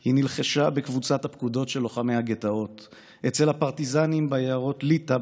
היא נלחשה בקבוצת הפקודות של לוחמי הגטאות / אצל הפרטיזנים ביערות ליטא,